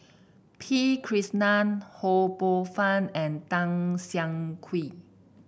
P Krishnan Ho Poh Fun and Tan Siah Kwee